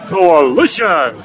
Coalition